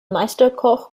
meisterkoch